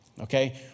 okay